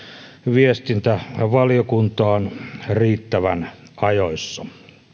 viestintävaliokuntaan riittävän ajoissa